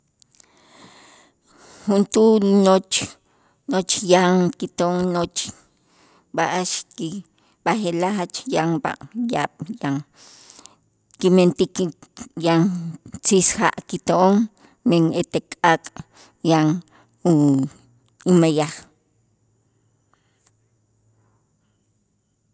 Juntuul noch noch yan kito'on noch b'a'ax ki b'aje'laj jach yan b'a yaab' kimentik yan siisja' kito'on men ete k'aak' yan u- umeyaj.